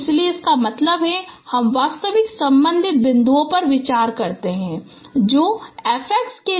इसलिए इसका मतलब है हम वास्तविक संबंधित बिंदुओं पर विचार करते हैं जो x 5 के लिए देखे गए हैं